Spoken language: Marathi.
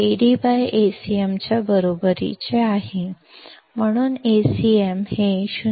CMRR AdAcm च्या बरोबरीचे आहे म्हणून Acm 0